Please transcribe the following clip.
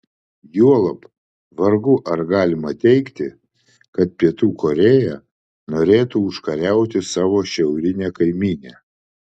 juolab vargu ar galima teigti kad pietų korėja norėtų užkariauti savo šiaurinę kaimynę